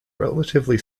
relatively